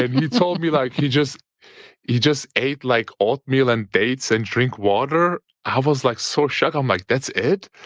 and he told me, like he just he just ate like oatmeal and dates, and drink water. i was like so shocked. i'm like, that's it?